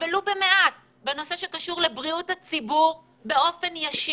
ולו במעט, בנושא שקשור לבריאות הציבור באופן ישיר.